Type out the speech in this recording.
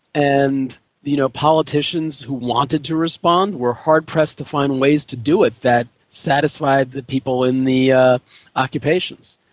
and you know politicians who wanted to respond were hard pressed to find ways to do it that satisfied the people in the ah occupations.